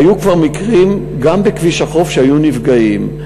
והיו כבר מקרים, גם בכביש החוף, שהיו נפגעים.